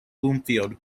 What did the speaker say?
bloomfield